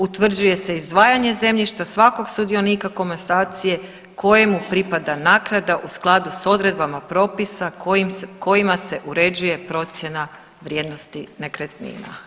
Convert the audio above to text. Utvrđuje se izdvajanje zemljišta svakog sudionika komasacije kojemu pripada naknada u skladu sa odredbama propisa kojima se uređuje procjena vrijednosti nekretnina.